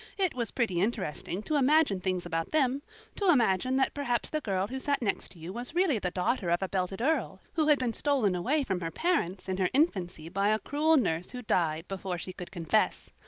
it was pretty interesting to imagine things about them to imagine that perhaps the girl who sat next to you was really the daughter of a belted earl, who had been stolen away from her parents in her infancy by a cruel nurse who died before she could confess.